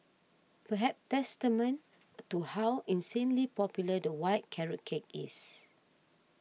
perhaps testament to how insanely popular the white carrot cake is